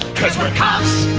cause we're cops,